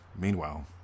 Meanwhile